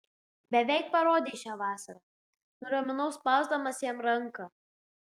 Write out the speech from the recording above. beveik parodei šią vasarą nuraminau spausdamas jam ranką